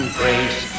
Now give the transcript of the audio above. grace